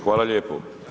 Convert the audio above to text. Hvala lijepo.